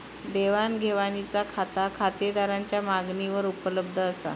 देवाण घेवाणीचा खाता खातेदाराच्या मागणीवर उपलब्ध असा